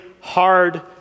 hard